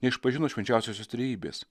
neišpažino švenčiausiosios trejybės